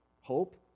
hope